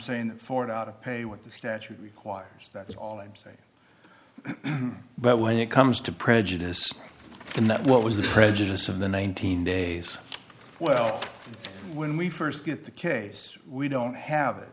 that ford out of pay what the statute requires that's all i'm saying but when it comes to prejudice that what was the prejudice of the nineteen days well when we st get the case we don't have it